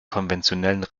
konventionellen